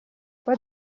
what